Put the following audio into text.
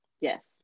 Yes